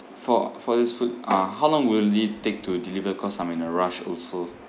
for for this food uh how long will it take to deliver cause I'm in a rush also